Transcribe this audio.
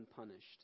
unpunished